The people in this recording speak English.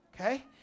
okay